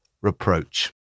reproach